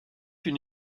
une